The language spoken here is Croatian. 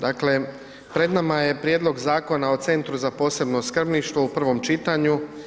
Dakle pred nama je Prijedlog zakona o Centru za posebno skrbništvo u prvom čitanju.